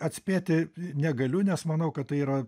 atspėti negaliu nes manau kad tai yra